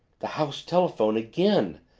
the house telephone again!